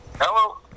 Hello